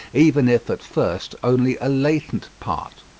even if at first only a latent part.